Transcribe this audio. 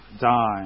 die